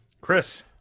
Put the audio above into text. Chris